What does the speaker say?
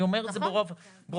אני אומר את זה ברוב הגינות.